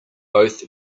both